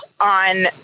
on